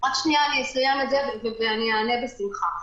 אסיים את זה ואענה בשמחה.